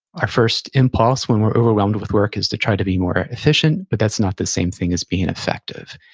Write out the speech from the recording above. our first impulse when we're overwhelmed with work is to try to be more efficient, but that's not the same thing as being effective.